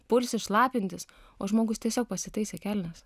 pulsi šlapintis o žmogus tiesiog pasitaisė kelnes